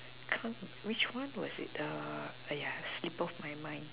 can't which one was it err !aiya! slip off my mind